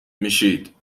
میشید